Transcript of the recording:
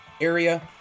area